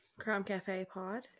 crimecafepod